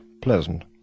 pleasant